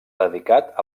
dedicat